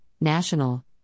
national